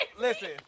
listen